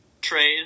trade